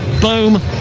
boom